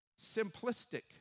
simplistic